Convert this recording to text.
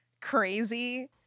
crazy